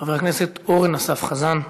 חבר הכנסת אורן אסף חזן.